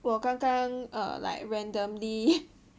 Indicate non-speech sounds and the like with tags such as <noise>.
我刚刚 err like randomly <laughs>